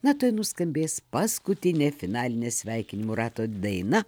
metai tuoj nuskambės paskutinė finalinė sveikinimų rato daina